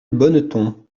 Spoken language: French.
bonneton